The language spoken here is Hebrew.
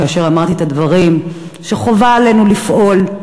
כאשר אמרתי שחובה עלינו לפעול,